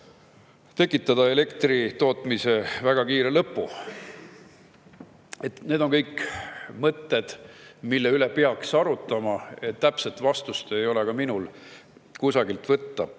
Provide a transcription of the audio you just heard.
tekitada elektri tootmise väga kiire lõpu. Need on kõik mõtted, mida peaks arutama. Täpset vastust ei ole ka minul hetkel kusagilt võtta.